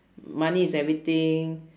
money is everything